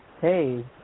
hey